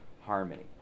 harmony